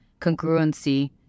congruency